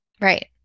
right